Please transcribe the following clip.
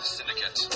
Syndicate